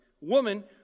Woman